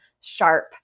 sharp